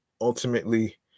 ultimately